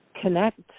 connect